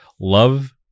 love